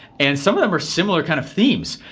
and some of them are similar kind of themes.